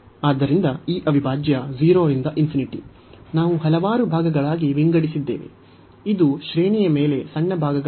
ಆದ್ದರಿಂದ ಈ ಅವಿಭಾಜ್ಯ 0 ರಿಂದ ∞ ನಾವು ಹಲವಾರು ಭಾಗಗಳಾಗಿ ವಿಂಗಡಿಸಿದ್ದೇವೆ ಇದು ಶ್ರೇಣಿಯ ಮೇಲೆ ಸಣ್ಣ ಭಾಗಗಳಾಗಿವೆ